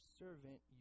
servant